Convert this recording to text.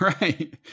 right